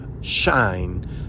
shine